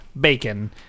Bacon